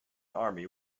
army